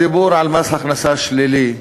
הדיבור על מס הכנסה שלילי,